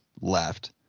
left